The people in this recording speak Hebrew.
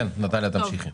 נטליה, תמשיכי.